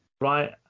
right